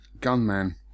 Gunman